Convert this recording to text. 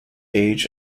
age